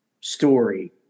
story